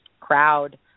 crowd